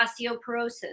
osteoporosis